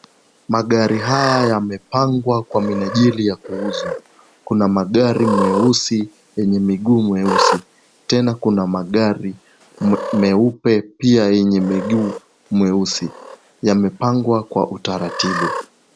Magari haya yamepangwa kwa minajili ya kuuzwa. kuna magari meusi yenye miguu mieusi tena kuna magari meupe pia yenye miguu mieusi, yamepangwa kwa utaratibu.